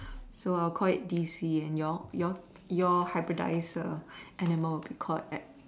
so I'll call it DC and your your your hybridize animal would be called